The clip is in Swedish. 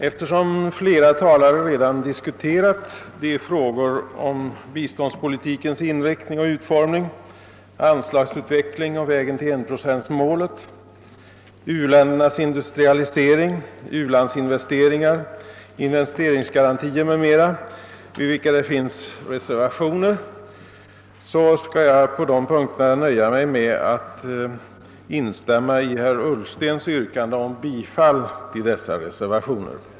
Eftersom flera talare redan diskuterat de frågor om biståndspolitikens inriktning och utformning, anslagsutveckling och vägen till enprocentsmålet, u-ländernas industrialisering, u-landsinvesteringar, investeringsgarantier m.m., vid vilka det finns reservationer, skall jag nöja mig med att på dessa punkter instämma i herr Ullstens yrkande om bifall till dessa reservationer.